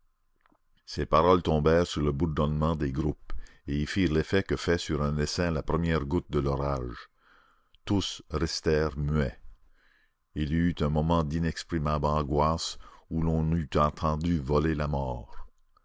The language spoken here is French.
ces paroles tombèrent sur le bourdonnement des groupes et y firent l'effet que fait sur un essaim la première goutte de l'orage tous restèrent muets il y eut un moment d'inexprimable angoisse où l'on eût entendu voler la mort